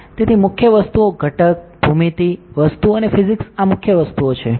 તેથી મુખ્ય વસ્તુઓ ઘટક ભૂમિતિ વસ્તુ અને ફિઝિક્સ આ મુખ્ય વસ્તુઓ છે